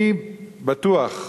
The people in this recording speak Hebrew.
אני בטוח,